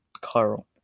Carl